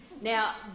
Now